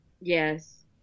Yes